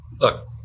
Look